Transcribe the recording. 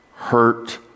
hurt